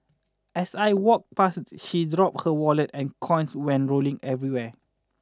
as I walked past she dropped her wallet and coins went rolling everywhere